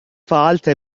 فعلت